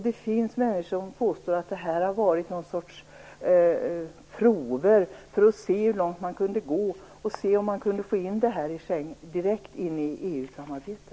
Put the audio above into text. Det finns de som påstår att det här har varit någon sorts prov för att se hur långt man kunde gå och om man kunde få in det här direkt i EU-samarbetet.